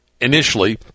initially